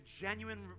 genuine